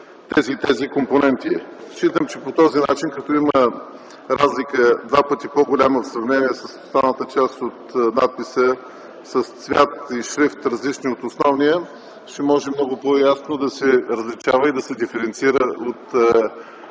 тези и тези компоненти. Считам, че по този начин, като има разлика в текста и той е два пъти по-голям в сравнение с останалата част от надписа, с цвят и шрифт, различни от основния, ще може много по-ясно да се различава и диференцира от